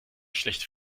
schlechte